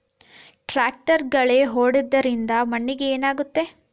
ಟ್ರಾಕ್ಟರ್ಲೆ ಗಳೆ ಹೊಡೆದಿದ್ದರಿಂದ ಮಣ್ಣಿಗೆ ಏನಾಗುತ್ತದೆ?